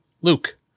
Luke